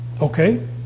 Okay